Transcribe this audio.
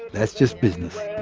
that's just business.